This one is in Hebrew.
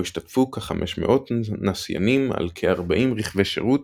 השתתפו כ-500 נסיינים על כ-40 רכבי שירות